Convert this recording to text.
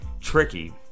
tricky